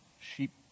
sheep